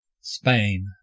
Spain